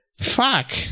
fuck